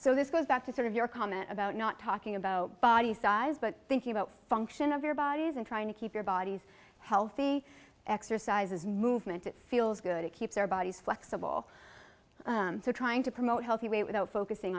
so this goes back to sort of your comment about not talking about body size but thinking about function of their bodies and trying to keep their bodies healthy exercises movement it feels good it keeps their bodies flexible so trying to promote healthy weight without focusing